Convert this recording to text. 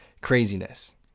craziness